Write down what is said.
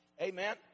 Amen